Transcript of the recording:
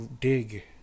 dig